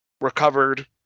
recovered